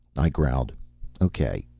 i growled okay,